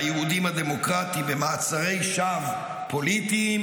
היהודים הדמוקרטים במעצרי שווא פוליטיים,